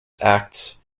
acts